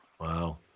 Wow